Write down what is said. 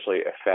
affect